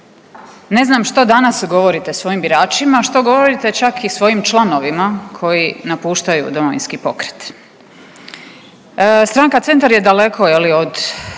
Ne znam što danas govorite svojim biračima, što govorite čak i svojim članovima koji napuštaju Domovinski pokret?